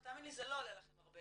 תאמין לי זה לא עולה לכם הרבה,